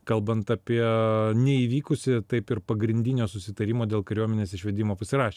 kalbant apie neįvykusį taip ir pagrindinio susitarimo dėl kariuomenės išvedimo pasirašymą